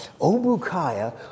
Obukaya